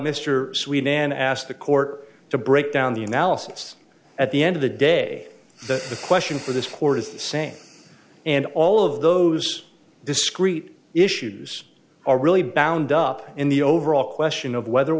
mr sweden asked the court to break down the analysis at the end of the day that the question for this court is the same and all of those discrete issues are really bound up in the overall question of whether